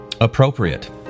Appropriate